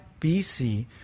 BC